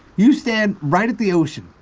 you stand right at the ocean,